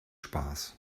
spaß